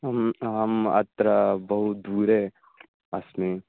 ह्म् अहम् अत्र बहु दूरे अस्मि